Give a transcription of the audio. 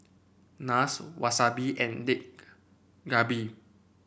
Naan Wasabi and Dak Galbi